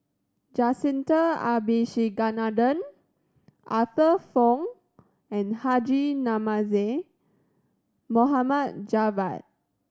Jacintha Abisheganaden Arthur Fong and Haji Namazie Javad